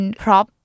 prop